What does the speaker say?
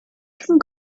can